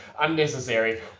unnecessary